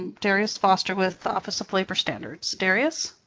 um darius foster with the office of labor standards. darius.